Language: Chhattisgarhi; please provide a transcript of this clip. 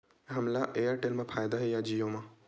हमला एयरटेल मा फ़ायदा हे या जिओ मा?